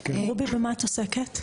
רובי, במה את עוסקת?